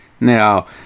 Now